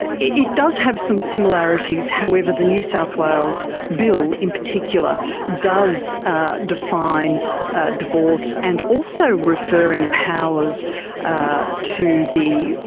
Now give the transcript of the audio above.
it does have some similarities, however the new south wales bill in particular does ah define divorce and also referring powers ah to the